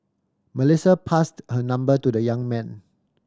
Melissa passed her number to the young man